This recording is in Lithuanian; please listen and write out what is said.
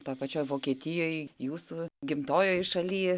toj pačioj vokietijoj jūsų gimtojoj šaly